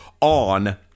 on